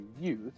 youth